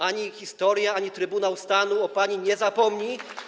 Ani historia, ani Trybunał Stanu o pani nie zapomną.